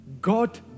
God